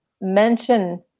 mention